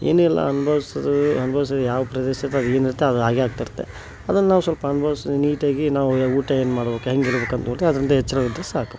ಏನಿಲ್ಲ ಅನುಭವಿಸೋದು ಅನುಭವಿಸೋದು ಯಾವ ಪ್ರದೇಶ್ದಾಗ ಏನು ಇರತ್ತೋ ಅದು ಹಾಗೆ ಆಗ್ತಿರತ್ತೆ ಅದನ್ನು ನಾವು ಸ್ವಲ್ಪ ಅನುಭವಿಸೋ ನೀಟಾಗಿ ನಾವು ಊಟ ಏನು ಮಾಡಬೇಕು ಹೆಂಗೆ ಇರಬೇಕು ಅಂತ ನೋಡಿದ್ರೆ ಅದರಿಂದ ಎಚ್ಚರ ಇದ್ದರೆ ಸಾಕು